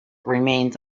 remains